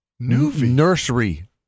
Nursery